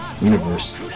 universe